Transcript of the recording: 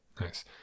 Nice